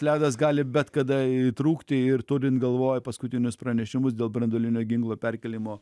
ledas gali bet kada įtrūkti ir turint galvoje paskutinius pranešimus dėl branduolinio ginklo perkėlimo